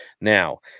Now